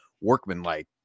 workmanlike